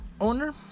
owner